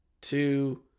two